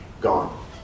gone